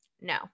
no